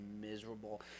miserable